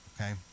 okay